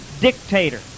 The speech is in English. dictator